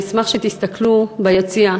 אני אשמח אם תסתכלו ביציע.